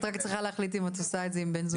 את רק צריכה להחליט אם את עושה את זה עם בן זוגך.